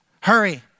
Hurry